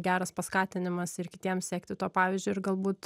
geras paskatinimas ir kitiems sekti tuo pavyzdžiu ir galbūt